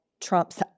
Trump's